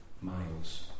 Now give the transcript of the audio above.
miles